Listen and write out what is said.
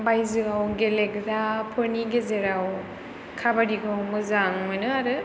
बायजोआव गेलेग्राफोरनि गेजेराव काबादिखौ मोजां मोनो आरो